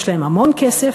יש להם המון כסף,